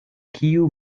kiu